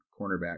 cornerback